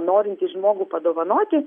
norintį žmogų padovanoti